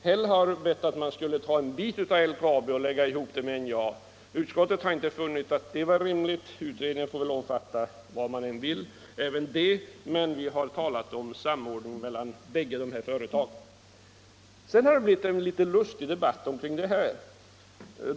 Herr Häll har bett om att en bit av LKAB skulle läggas ihop med NJA, men utskottet har inte funnit detta rimligt. Utredningen får väl omfatta vad man än vill, och alltså även det förslaget, men vi har talat om en samordning mellan bägge de här företagen. Sedan har det blivit en liten lustig debatt omkring detta.